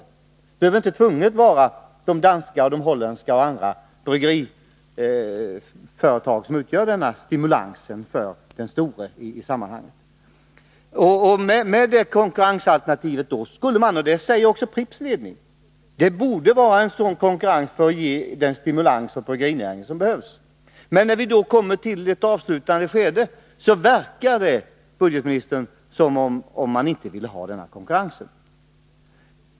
Det behöver inte nödvändigtvis vara danska, holländska och andra utländska bryggeriföretag som utgör stimulansen för det stora svenska företaget i sammanhanget. Det borde vara en sådan konkurrens — det säger också Pripps ledning — för att man skall kunna ge den stimulans åt bryggerinäringen som behövs. Men när vi kommer till ett avslutande skede verkar det, herr budgetminister, som om man inte ville ha denna konkurrens.